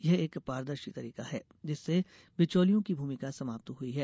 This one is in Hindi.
यह एक पारदर्शी तरीका है जिससे बिचौलियों की भूमिका समाप्त हुई है